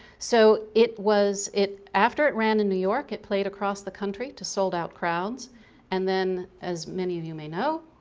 so it was, after it ran in new york it played across the country to sold-out crowds and then, as many of you may know,